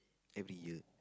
every year